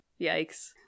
Yikes